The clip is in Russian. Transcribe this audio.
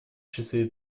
числе